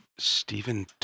Stephen